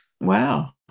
Wow